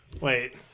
wait